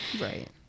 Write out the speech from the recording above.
Right